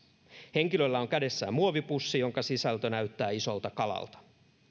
henkilöllä on kädessään muovipussi jonka sisältö näyttää isolta kalalta